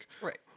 Right